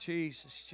Jesus